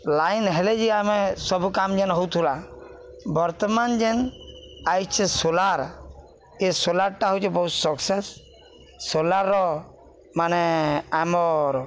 line ହେଲେ ଯେ ଆମେ ସବୁ କାମ ଯେନ ହଉଥିଲା ବର୍ତ୍ତମାନ୍ ଯେନ୍ ଆଇଚେ ସୋଲାର୍ ଏ ସୋଲାରଟା ହଉଚେ ବହୁତ ସକ୍ସେସ ସୋଲାର୍ର ମାନେ ଆମର୍